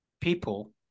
people